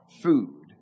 food